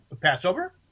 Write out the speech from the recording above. Passover